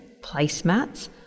placemats